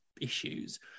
issues